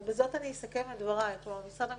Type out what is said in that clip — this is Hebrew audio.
ובזאת אני אסכם את דבריי: משרד המשפטים,